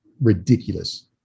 ridiculous